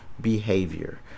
behavior